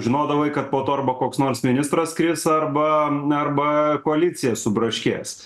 žinodavai kad po to arba koks nors ministras kris arba arba koalicija subraškės